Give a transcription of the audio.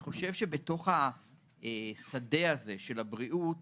בתוך השדה הזה של הבריאות